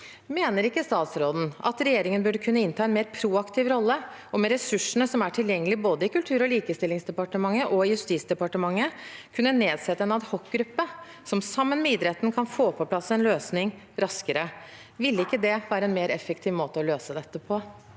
Mener ikke statsråden at regjeringen burde kunne innta en mer proaktiv rolle, og med ressursene som er tilgjengelig, i både Kultur- og likestillingsdepartementet og Justisdepartementet, nedsette en ad hoc-gruppe som sammen med idretten kan få på plass en løsning raskere? Ville ikke det være en mer effektiv måte å løse dette på?